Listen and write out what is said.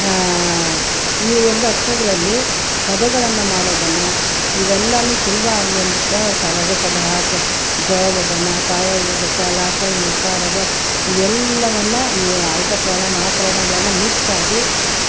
ಈವಾಗ ಒಂದು ಅಕ್ಷರಗಳಲ್ಲಿ ಪದಗಳನ್ನು ಮಾಡೋದನ್ನು ಇವೆಲ್ಲವೂ ಸುಲಭ ಆಗಲಿ ಅಂದ್ಬಿಟ್ಟು ಸ ರ ಗ ಸ ದ ಅ ಜ ವ ಮ ಬ ನ ಪಾ ಯ ಉ ರ ಡ ಚ ಲಾ ಶ ಯು ವ ಕ ರ ಗ ಇವೆಲ್ಲವನ್ನೂ ಈ ಅಲ್ಪ ಪ್ರಾಣ ಮಹಾಪ್ರಾಣಗಳೆಲ್ಲ ಮಿಕ್ಸ್ ಆಗಿ